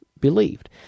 believed